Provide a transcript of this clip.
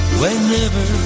whenever